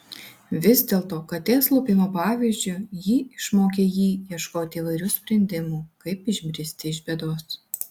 vis dėlto katės lupimo pavyzdžiu ji išmokė jį ieškoti įvairių sprendimų kaip išbristi iš bėdos